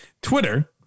Twitter